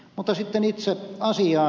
mutta sitten itse asiaan